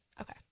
Okay